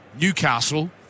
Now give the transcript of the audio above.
Newcastle